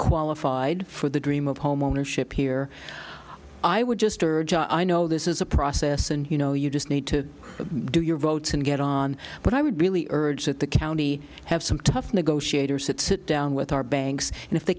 qualified for the dream of homeownership here i would just urge i know this is a process and you know you just need to do your votes and get on but i would really urge that the county have some tough negotiators that sit down with our banks and if they